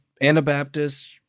Anabaptist